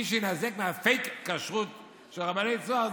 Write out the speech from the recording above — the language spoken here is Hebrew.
מי שיינזק מהפייק כשרות של רבני צהר,